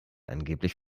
angeblich